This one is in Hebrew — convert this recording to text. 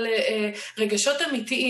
כי הונחה היום על שולחן הכנסת,